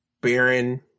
Baron